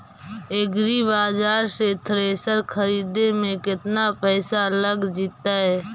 एग्रिबाजार से थ्रेसर खरिदे में केतना पैसा लग जितै?